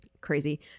crazy